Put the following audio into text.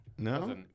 No